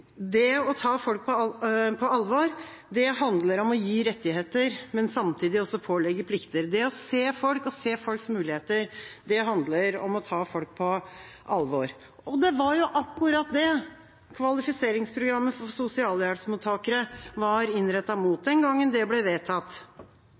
det å ta folk på alvor, handler om å gi rettigheter, men samtidig også om å pålegge plikter. Det å se folk, å se folks muligheter handler om å ta folk på alvor. Det var akkurat det kvalifiseringsprogrammet som sosialhjelpsmottakere var innrettet mot den gangen det ble vedtatt